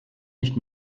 nicht